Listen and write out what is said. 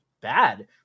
bad